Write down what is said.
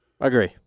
Agree